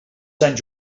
sant